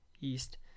east